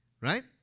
Right